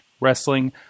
Wrestling